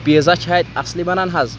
pizza چھا اَتہِ اَصلٕے بَنان حظ